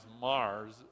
Mars